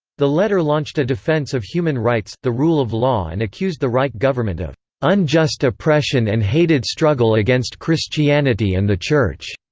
the letter launched a defence of human rights, the rule of law and accused the reich government of unjust oppression and hated struggle against christianity and the church,